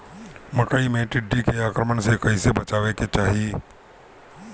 मकई मे टिड्डी के आक्रमण से कइसे बचावे के चाही?